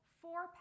four